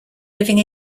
living